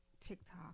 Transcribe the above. TikTok